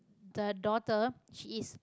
the daughter she is